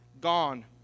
gone